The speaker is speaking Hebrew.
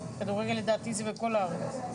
כדורגל לדעתי זה בכל הארץ.